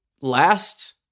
last